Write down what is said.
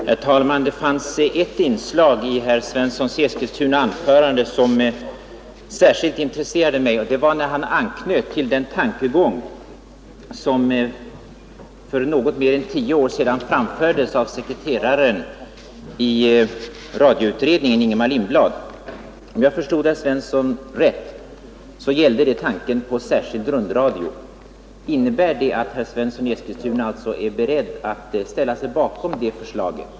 Herr talman! Det fanns ett inslag i herr Svenssons i Eskilstuna anförande som särskilt intresserade mig. Det var då han anknöt till den tankegång som för något mer än tio år sedan framfördes av sekreteraren i radioutredningen, Ingemar Lindblad. Om jag förstod herr Svensson rätt gällde det tanken på särskild rundradio. Innebär det att herr Svensson i Eskilstuna är beredd att ställa sig bakom det förslaget?